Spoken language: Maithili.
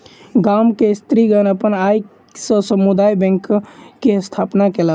गाम के स्त्रीगण अपन आय से समुदाय बैंक के स्थापना केलक